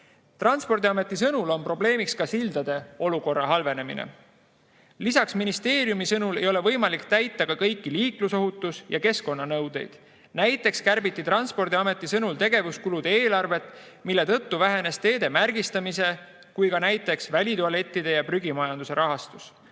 Transpordiameti sõnul on probleemiks ka sildade olukorra halvenemine. Lisaks ei ole ministeeriumi sõnul võimalik täita kõiki liiklusohutus‑ ja keskkonnanõudeid. Näiteks kärbiti Transpordiameti sõnul tegevuskulude eelarvet, mille tõttu vähenes nii teede märgistamise kui ka näiteks välitualettide ja prügimajanduse rahastus.